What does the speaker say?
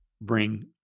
bring